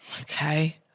okay